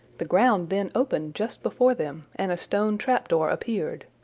the ground then opened just before them, and a stone trap-door appeared.